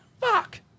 Fuck